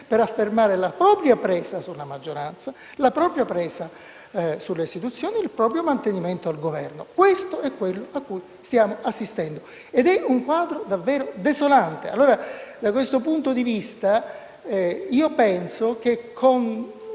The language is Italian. ad affermare la propria presa sulla maggioranza e sulle istituzioni e il proprio mantenimento al Governo. Questo è ciò cui stiamo assistendo: è un quadro davvero desolante. Da questo punto di vista, penso che, con